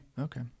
Okay